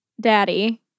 daddy